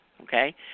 okay